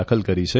દાખલ કરી છે